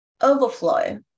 overflow